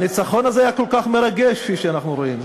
הניצחון הזה היה כל כך מרגש, כפי שאנחנו רואים.